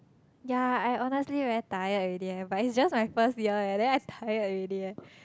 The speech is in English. ya I honestly very tired already eh but it's just my first year eh then I tired already eh